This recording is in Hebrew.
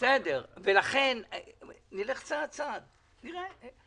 לכן נלך צעד צעד, נראה.